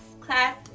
class